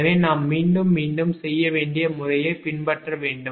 எனவே நாம் மீண்டும் மீண்டும் செய்ய வேண்டிய முறையைப் பின்பற்ற வேண்டும்